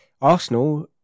Arsenal